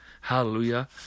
Hallelujah